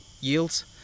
yields